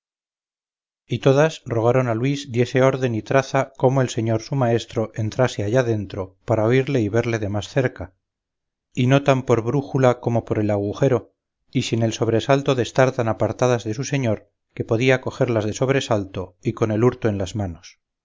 y todas rogaron a luis diese orden y traza cómo el señor su maestro entrase allá dentro para oírle y verle de más cerca y no tan por brújula como por el agujero y sin el sobresalto de estar tan apartadas de su señor que podía cogerlas de sobresalto y con el hurto en las manos